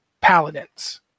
paladins